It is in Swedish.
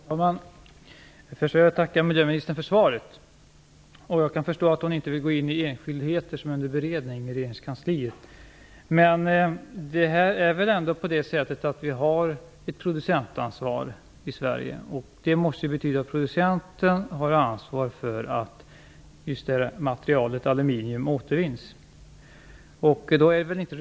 Herr talman! Först vill jag tacka miljöministern för svaret. Jag kan förstå att hon inte vill gå in på enskildheter som är under beredning i regeringskansliet. Men det är väl ändå så att vi har ett producentansvar i Sverige. Det måste betyda att producenten har ansvar för att just det här materialet - aluminium i det här fallet - återvinns.